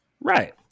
Right